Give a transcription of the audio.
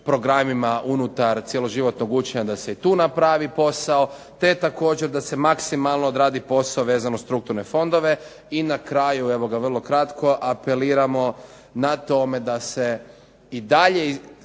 programima unutar cjeloživotnog učenja da se i tu napravi posao, te također da se maksimalno odradi posao vezan uz strukturne fondove i na kraju evo ga vrlo kratko, apeliramo na tome da se i dalje tražimo